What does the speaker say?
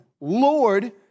Lord